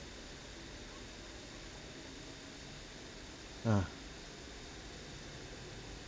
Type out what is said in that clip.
ah